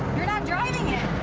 you're not driving it.